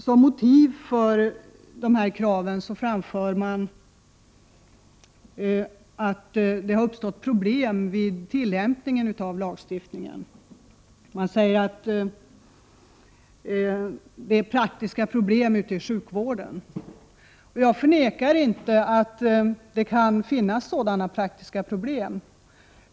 Som motiv för kraven anförs att det har uppstått praktiska problem ute i sjukvården vid tillämpningen av lagstiftningen. Jag förnekar inte att det kan finnas sådana praktiska problem.